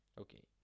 okay